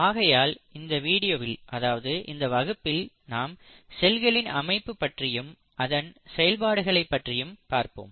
ஆகையால் இந்த வீடியோவில் அதாவது இந்த வகுப்பில் நாம் செல்களின் அமைப்பு பற்றியும் அதன் செயல்பாடுகளைப் பற்றியும் பார்ப்போம்